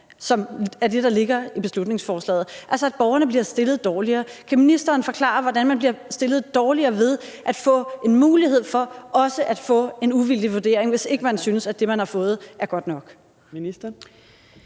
som er det, der ligger i beslutningsforslaget, altså at borgerne bliver stillet dårligere. Kan ministeren forklare, hvordan man bliver stillet dårligere ved at få en mulighed for også at få en uvildig vurdering, hvis ikke man synes, at det, man har fået, er godt nok?